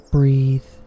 Breathe